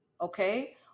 okay